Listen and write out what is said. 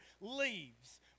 leaves